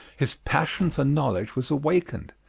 his passion for knowledge was awakened,